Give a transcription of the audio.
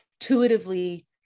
intuitively